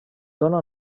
dóna